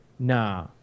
Nah